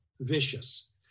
vicious